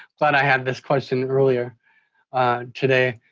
glad i had this question earlier today.